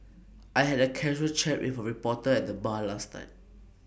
I had A casual chat with A reporter at the bar last night